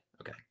Okay